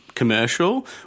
commercial